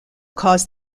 caused